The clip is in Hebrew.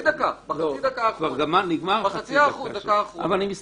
ואני קורא לחבריי,